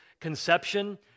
conception